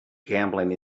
gambling